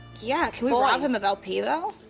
yeah, can we rob him of lp, though?